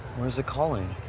where's calling?